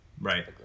Right